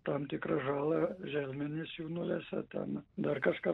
tam tikrą žalą želmenis jau nulesa ten dar kažką